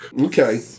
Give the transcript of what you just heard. Okay